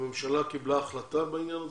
הממשלה קיבלה החלטה בעניין הזה?